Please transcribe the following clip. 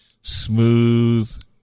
Smooth